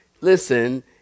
listen